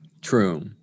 True